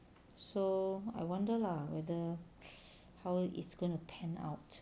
so I wonder lah whether how is going to pan out